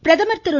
பிரதமர் திரு